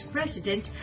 President